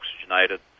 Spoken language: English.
oxygenated